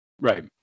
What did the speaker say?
Right